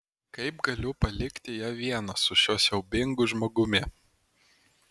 kaip galiu palikti ją vieną su šiuo siaubingu žmogumi